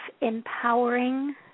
empowering